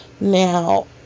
Now